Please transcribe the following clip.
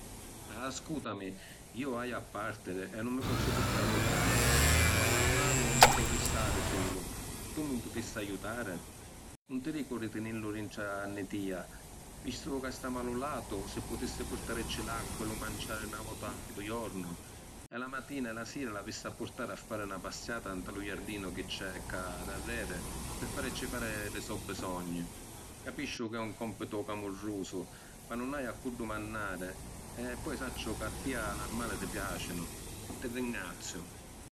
Ascutami, iu haiu a partiri e nun mi pozzu purtari lu cani. Però l’armalu nun po’ arristari sulu. Tu mi putissi ajutari? Nun ti dicu di tinillu dintra nni tia. Vistu ca stamu a lu latu, si putissi purtarici l’acqua e lu manciàri na vota a lu jornu. E la matina e la sira l’avissi a purtari a fari na passiata nta lu jardinu chi c’è ca darreri pi faricci fari li so’ bisogni. Capisciu ca è un compitu camurrùsu, ma nun haiu a cu’ dumannari e poi sacciu ca a tia l’armali ti piaciunu. Ti ringrazziu.